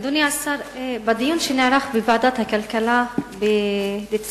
אדוני השר, בדיון שנערך בוועדת הכלכלה בדצמבר